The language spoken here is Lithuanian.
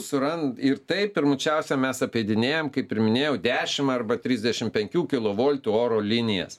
suran ir taip pirmučiausia mes apeidinėjam kaip ir minėjau dešimt arba trisdešimt penkių kilo voltų oro linijas